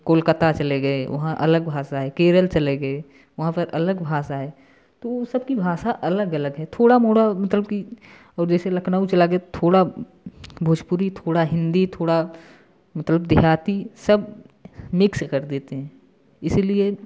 कोलकता चले गएँ वहाँ अलग भाषा है केरल चले गए वहाँ पर अलग भाषा है तो सबकी भाषा अगल अलग है थोड़ा मोड़ा मतलब कि जैसे लखनऊ चला गए थोड़ा भोजपुरी थोड़ा हिंदी थोड़ा मतलब देहाती सब मिक्स कर देते हैं इसीलिए